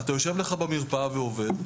אתה יושב לך במרפאה ועובד,